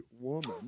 woman